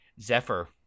Zephyr